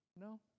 No